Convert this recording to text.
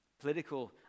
political